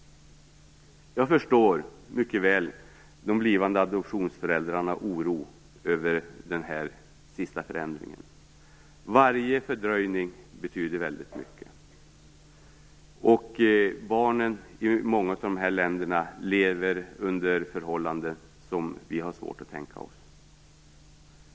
Jag förstår mycket väl de blivande adoptivföräldrarnas oro över den här sista förändringen. Varje fördröjning betyder väldigt mycket. Barnen i många av dessa länder lever under förhållanden som vi har svårt att tänka oss.